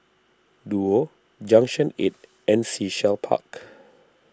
Duo Junction eight and Sea Shell Park